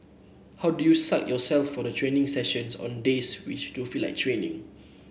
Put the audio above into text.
how do you psych yourself for the training sessions on days when you don't feel like training